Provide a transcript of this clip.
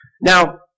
Now